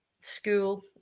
school